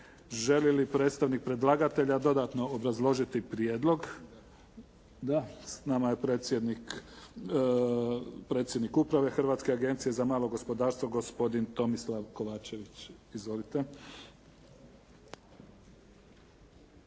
Želi li predstavnik predlagatelja dodatno obrazložiti prijedlog? Da. S nama je predsjednik uprave Hrvatske agencije za malo gospodarstvo, gospodin Tomislav Kovačević. Izvolite.